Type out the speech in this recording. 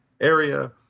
area